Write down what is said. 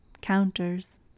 counters